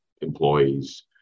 employees